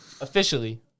Officially